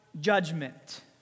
judgment